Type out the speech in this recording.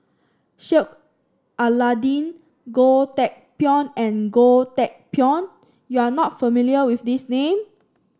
Sheik Alau'ddin Goh Teck Phuan and Goh Teck Phuan you are not familiar with these name